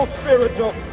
spiritual